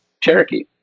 cherokee